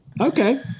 Okay